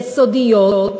יסודיות,